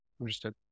Understood